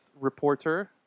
reporter